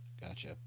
Gotcha